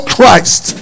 Christ